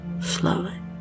slowly